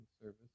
service